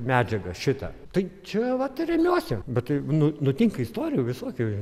medžiagą šitą tai čia vat ir remiuosi bet tai nu nutinka istorijų visokių